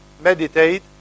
meditate